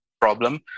problem